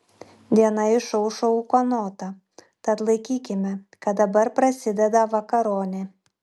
diena išaušo ūkanota tad laikykime kad dabar prasideda vakaronė